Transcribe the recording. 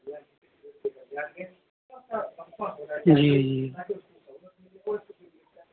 جی جی